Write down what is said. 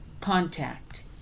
contact